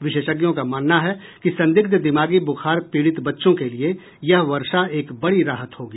विशेषज्ञों का मानना है कि संदिग्ध दिमागी ब्रुखार पीड़ित बच्चों के लिए यह वर्षा एक बड़ी राहत होगी